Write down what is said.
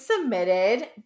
submitted